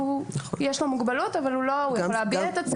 אדם שיש לו מוגבלות אבל הוא יכול להביע את עצמו.